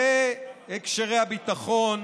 והקשרי הביטחון,